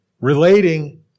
Relating